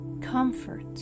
comfort